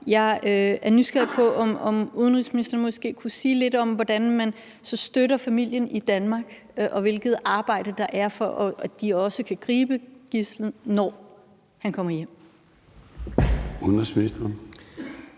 Jeg er nysgerrig på, om udenrigsministeren måske kunne sige lidt om, hvordan man så støtter familien i Danmark, og hvilket arbejde der er, for at de også kan gribe gidslet, når han kommer hjem.